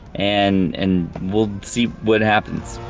and and we'll see what happens.